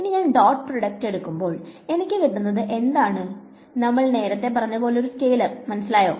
ഇനി ഞാൻ dot product എടുക്കുമ്പോൾ എനിക്ക് കിട്ടുന്നത് എന്താണ് നമ്മൾ നേരത്തെ പറഞ്ഞ പോലെ ഒരു സ്കെലാർ മനസ്സിലായോ